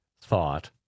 thought